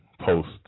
post